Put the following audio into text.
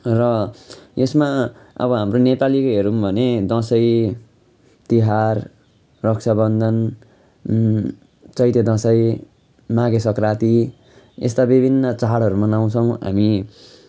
र यसमा अब हाम्रो नेपालीको हेरौँ भने दसैँ तिहार रक्षाबन्धन चैते दसैँ माघे सङ्क्रान्ति यस्ता विभिन्न चाडहरू मनाउँछौँ हामी